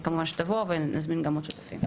כמובן אשמח שתבוא ונזמין גם שותפים נוספים.